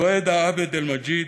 זהאדה עבד אלמג'יד,